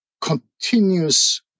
continuous